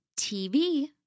TV